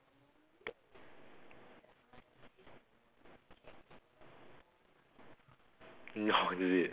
oh is it